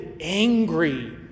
angry